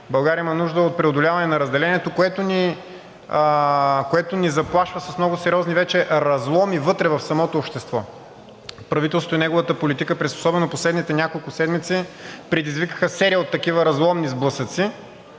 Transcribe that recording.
България има нужда от преодоляване на разделението, което вече ни заплашва с много сериозни разломи вътре в самото общество. Правителството и неговата политика особено през последните няколко седмици предизвикаха серия от такива разломни сблъсъци,